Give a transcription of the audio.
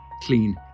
clean